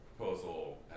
proposal